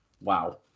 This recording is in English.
Wow